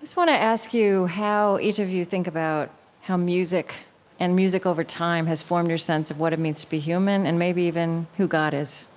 just want to ask you how each of you think about how music and music over time has formed your sense of what it means to be human and maybe even who god is,